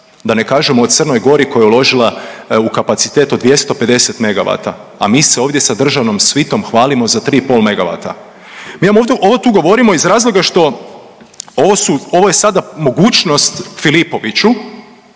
Dakle ne kažemo o Crnoj Gori koja je uložila u kapacitet od 250 MW, a mi se ovdje sa državnom svitom hvalimo za 3,5 MW. Mi vam ovo tu govorimo iz razloga što ovo su, ovo je sada mogućnost Filipoviću,